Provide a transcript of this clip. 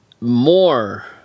more